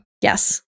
Yes